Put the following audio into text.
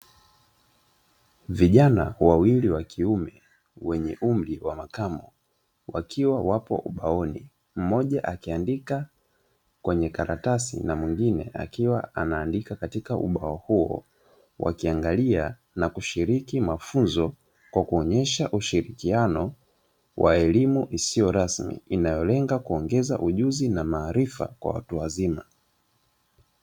Vijana wawili wa kiume wenye umri wa makamo wakiwa wapo ubaoni mmoja akiandika kwenye karatasi na mwengine akiwa anaandika katika ubao huo wakiangalia na kushiriki mafunzo kwa kuonesha ushirkiano kwa elimu isiyo rasmi inayolenga kuongeza ujuzi na maarifa kwa watu wazima.